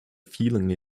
feeling